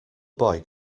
boy